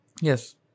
Yes